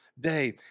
day